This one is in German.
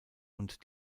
und